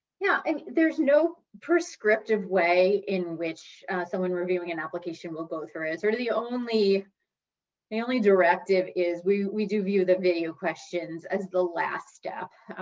yeah i mean there's no prescriptive way in which someone reviewing an application will go through. sort of the only the only directive is we we do view the video questions as the last step,